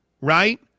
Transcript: right